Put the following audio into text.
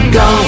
go